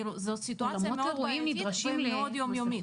זו סיטואציה מאוד בעייתית ומאוד יומיומית.